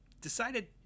decided